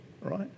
right